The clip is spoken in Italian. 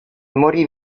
morì